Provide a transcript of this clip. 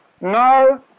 No